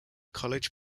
college